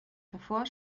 davor